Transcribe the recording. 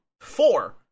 Four